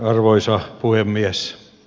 arvoisa puhemies